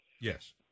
Yes